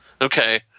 Okay